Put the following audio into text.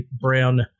brown